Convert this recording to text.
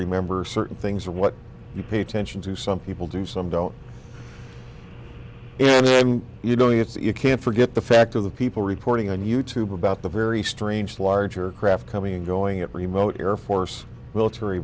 remember certain things are what you pay attention to some people do some don't and i mean you don't it's you can't forget the fact of the people reporting on you tube about the very strange larger craft coming and going at remote air force military